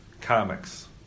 Comics